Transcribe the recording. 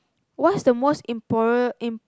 what's the most impora~